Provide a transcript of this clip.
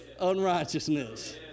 unrighteousness